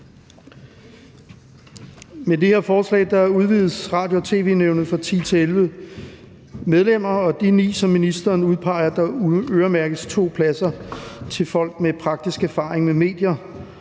Med det her forslag udvides Radio- og tv-nævnet fra 10 til 11 medlemmer, og af de 9, som ministeren udpeger, øremærkes 2 pladser til folk med praktisk erfaring med medier.